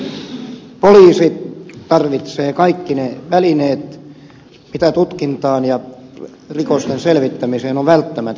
poliisi tarvitsee kaikki ne välineet jotka tutkintaan ja rikosten selvittämiseen ovat välttämättömiä